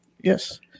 Yes